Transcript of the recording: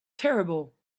terrible